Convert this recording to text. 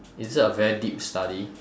is it a very deep study